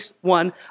One